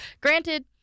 Granted